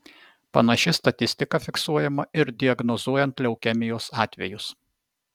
panaši statistika fiksuojama ir diagnozuojant leukemijos atvejus